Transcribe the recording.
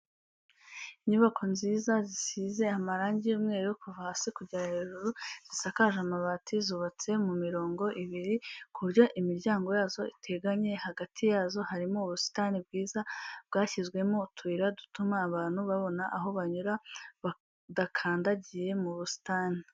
Inyubako nziza zisize amarangi y'umweru kuva hasi kugera hejuru, zisakaje amabati zubatse mu mirongo ibiri, ku buryo imiryango yazo iteganye, hagati yazo harimo ubusitani bwiza bwashyizwemo utuyira dutuma abantu babona aho banyura badakandagiye mu busitani.